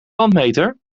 landmeter